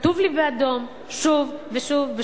כתוב לי באדום שוב ושוב,